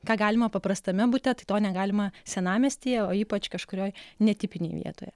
ką galima paprastame bute tai to negalima senamiestyje o ypač kažkurioj netipinėje vietoje